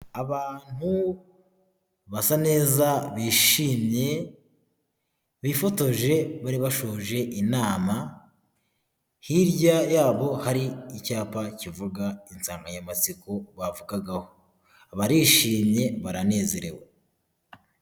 Abantu basa neza bishimye bifotoje bari bashoje inama, hirya yabo hari icyapa kivuga insanganyamatsiko bavugagaho barishimye baranezerewe.